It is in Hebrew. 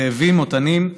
זאבים או תנים.